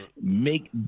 Make